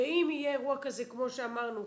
באם יהיה אירוע כזה כמו שאמרנו,